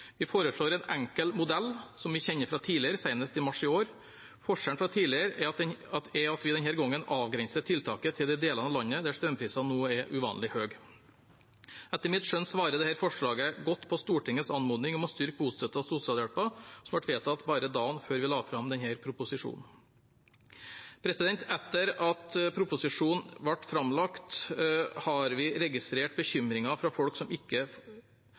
Vi foreslår en enkel modell som vi kjenner fra tidligere, senest i mars i år. Forskjellen fra tidligere er at vi denne gangen avgrenser tiltaket til de delene av landet der strømprisene nå er uvanlig høye. Etter mitt skjønn svarer dette forslaget godt på Stortingets anmodning om å styrke bostøtten og sosialhjelpen, som ble vedtatt bare dagen før vi la fram denne proposisjonen. Etter at proposisjonen ble framlagt, har vi registrert bekymringer fra folk som ikke